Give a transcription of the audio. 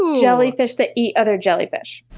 jellyfish that eat other jellyfish.